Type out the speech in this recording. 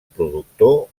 productor